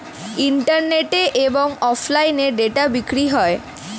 ইন্টারনেটে এবং অফলাইনে ডেটা বিক্রি হয়